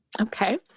Okay